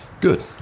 good